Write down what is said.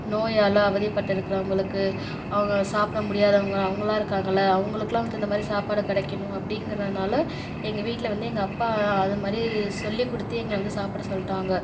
நோயால் அவதிப்பட்டு இருக்கிறவங்களுக்கு அவங்க சாப்பிட முடியாதவங்க அவங்களாம் இருக்காங்கள் அவங்களுக்குலாம் வந்து இந்தமாதிரி சாப்பாடு கிடைக்கணும் அப்படிங்கிறதுனால எங்கள் வீட்டில வந்து எங்கள் அப்பா அதுமாதிரி சொல்லி கொடுத்து எங்களை வந்து சாப்பிட சொல்லிட்டாங்க